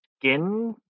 skin